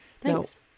Thanks